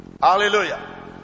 Hallelujah